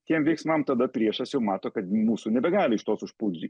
tiem veiksmam tada priešas jau mato kad mūsų nebegali iš tos užpulti